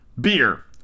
Beer